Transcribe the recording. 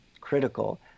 critical